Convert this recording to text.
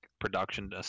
production